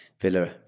Villa